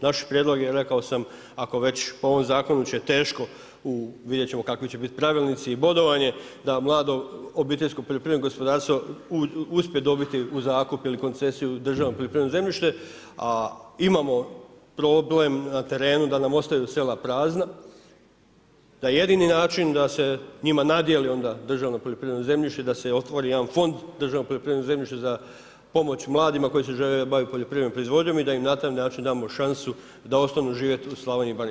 Naš prijedlog je rekao sam ako već po ovom zakonu će teško, vidjet ćemo kakvi će bit pravilnici i bodovanje, da mlado obiteljsko poljoprivredno gospodarstvo uspije dobiti u zakup ili koncesiju državno poljoprivredno zemljište, a imamo problem na terenu da nam ostaju sela prazna, da je jedini način da se njima nadijeli onda državno poljoprivredno zemljište, da se otvori jedan fond Državno poljoprivredno zemljište za pomoć mladima koji se žele baviti poljoprivrednom proizvodnjom i da im na taj način damo šansu da ostanu živjeti u Slavoniji i Baranji.